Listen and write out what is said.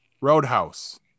Roadhouse